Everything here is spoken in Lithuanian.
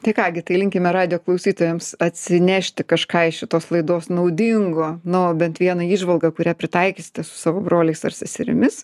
tai ką gi tai linkime radijo klausytojams atsinešti kažką iš šitos laidos naudingo na bent vieną įžvalgą kurią pritaikysite savo broliais ar seserimis